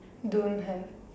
don't have